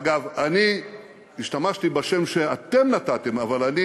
אגב, אני השתמשתי בשם שאתם נתתם, אבל אני